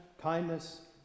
kindness